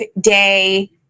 day